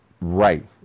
right